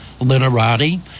literati